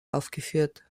aufgeführt